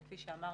וכפי שאמרתי,